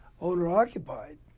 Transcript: owner-occupied